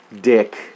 dick